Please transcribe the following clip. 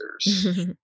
users